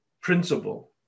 Principle